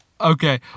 Okay